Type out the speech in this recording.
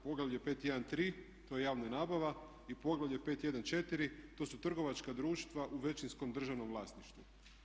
Poglavlje 513 to je javna nabava i poglavlje 514 to su trgovačka društva u većinskom državnom vlasništvu.